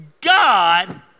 God